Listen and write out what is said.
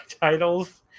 titles